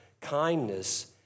kindness